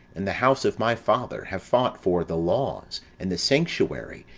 and the house of my father, have fought for the laws, and the sanctuary,